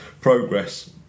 Progress